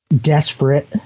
desperate